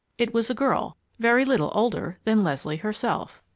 it was a girl very little older than leslie herself.